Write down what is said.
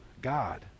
god